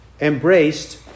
embraced